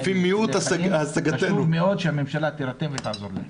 חשוב מאוד שהממשלה תירתם ותעזור להם.